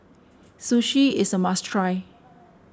Sushi is a must try